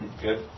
Good